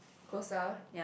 closer